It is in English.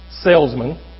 salesman